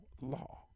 law